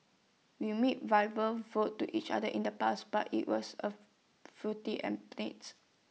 we made verbal vows to each other in the past but IT was A futile